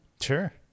Sure